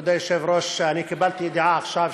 כבוד היושב-ראש, אני קיבלתי ידיעה, עכשיו,